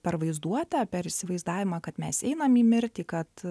per vaizduotę per įsivaizdavimą kad mes einame į mirtį kad